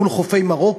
מול חופי מרוקו,